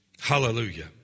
Hallelujah